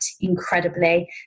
incredibly